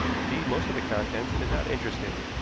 indeed, most of the contents did not interest him.